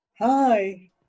Hi